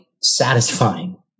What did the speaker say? satisfying